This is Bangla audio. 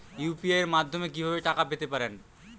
ইউ.পি.আই মাধ্যমে কি ভাবে টাকা পেতে পারেন?